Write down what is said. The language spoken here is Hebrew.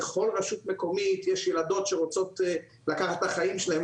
בכל רשות מקומית יש ילדות שרוצות לקחת את החיים שלהן.